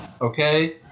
okay